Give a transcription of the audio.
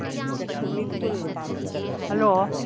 ꯄꯥꯏꯔꯒꯦ ꯑꯥ ꯍꯜꯂꯣ